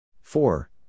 Four